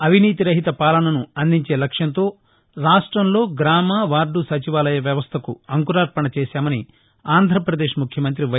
అవినీతి రహిత పాలనను అందించే లక్ష్యంతో రాష్టంలో గ్రామ వార్డ సచివాలయ వ్యవస్థకు అంకురార్పణ చేశామని ఆంధ్రపదేశ్ ముఖ్యమంతి వై